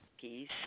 Peace